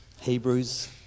Hebrews